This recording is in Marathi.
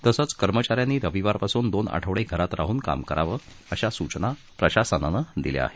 तसंच कर्मचाऱ्यांनी रविवारपासून दोन आठवडे घरात राहून काम करावं अशा सूचना प्रशासनानं दिल्या आहेत